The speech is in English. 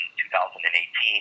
2018